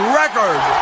record